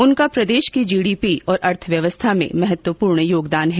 उनका प्रदेश की जीडीपी और अर्थव्यवस्था में महत्त्वपूर्ण योगदान है